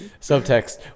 Subtext